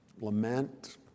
Lament